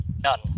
None